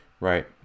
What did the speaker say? right